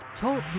Talk